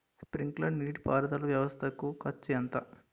Sprinkler నీటిపారుదల వ్వవస్థ కు ఖర్చు ఎంత?